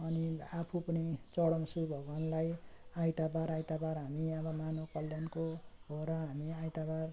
अनि आफू पनि चढाउँछु भगवान्लाई आइतबार आइतबार हामी यहाँ अब मानव कल्याणको हो र हामी आइतबार